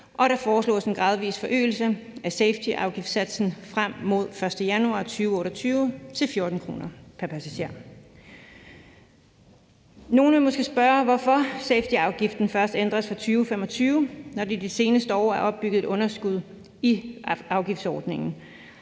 og der foreslås en gradvis forøgelse af safetyafgiftssatsen frem mod den 1. januar 2028 til 14 kr. pr. passager. Nogle vil måske spørge, hvorfor safetyafgiften først ændres fra 2025, når der de seneste år er opbygget et underskud i afgiftsordningen.